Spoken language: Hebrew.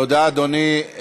תודה, אדוני.